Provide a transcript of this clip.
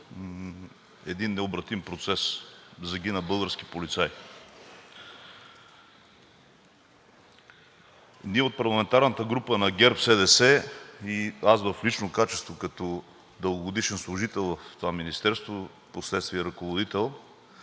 един необратим процес – загина български полицай. Ние от парламентарната група на ГЕРБ-СДС и аз в лично качество като дългогодишен служител в това министерство – последствие ръководител,